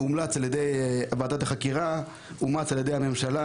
שהומלץ על ידי ועדת החקירה ואומץ על ידי הממשלה